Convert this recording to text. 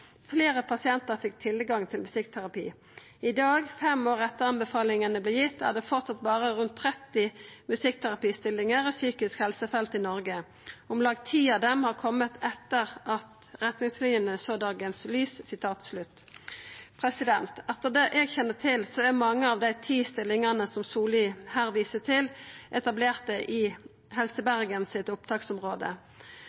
flere pasienter fikk tilgang til musikkterapi. I dag, fem år etter anbefalingene ble gitt, er det fortsatt bare rundt 30 musikkterapistillinger i psykisk helsefeltet i Norge. Om lag ti av dem har kommet etter at retningslinjene så dagens lys.» Etter det eg kjenner til, er mange av dei ti stillingane som Solli her viser til, etablerte i Helse